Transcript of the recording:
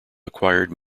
acquired